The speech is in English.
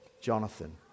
Jonathan